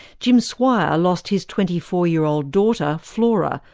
jim swire lost his twenty four year old daughter, flora,